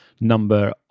number